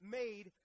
made